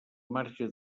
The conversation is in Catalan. marge